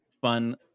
fun